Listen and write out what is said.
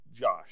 Josh